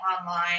online